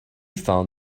found